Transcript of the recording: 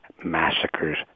massacres